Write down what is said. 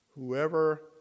Whoever